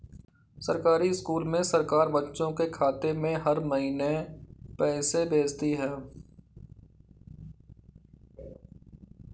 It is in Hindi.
सरकारी स्कूल में सरकार बच्चों के खाते में हर महीने पैसे भेजती है